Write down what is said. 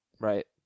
Right